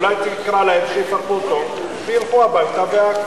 אולי תקרא להם שיפרקו אותו וילכו הביתה.